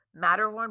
Matterhorn